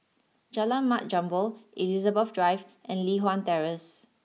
Jalan Mat Jambol Elizabeth Drive and Li Hwan Terrace